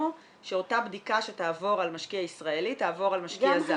שאותה בדיקה שתעבור על משקיע ישראלי תעבור על משקיע זר.